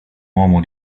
uomo